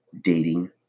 dating